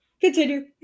continue